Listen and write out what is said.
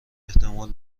احتمال